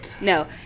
No